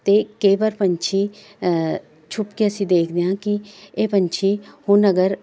ਅਤੇ ਕਈ ਵਾਰ ਪੰਛੀ ਛੁਪ ਕੇ ਅਸੀਂ ਦੇਖਦੇ ਹਾਂ ਕਿ ਇਹ ਪੰਛੀ ਹੁਣ ਅਗਰ